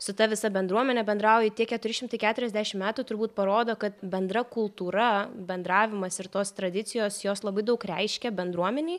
su ta visa bendruomene bendrauji tie keturi šimtai keturiasdešim metų turbūt parodo kad bendra kultūra bendravimas ir tos tradicijos jos labai daug reiškia bendruomenei